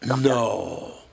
No